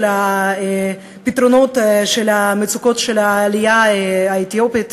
הפתרונות של מצוקות העלייה האתיופית,